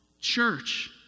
Church